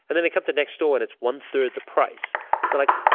and then they come to next door and it's onethird the price like,